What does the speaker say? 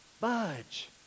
budge